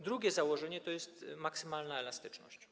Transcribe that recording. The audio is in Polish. Drugie założenie to jest maksymalna elastyczność.